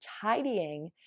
tidying